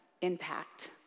impact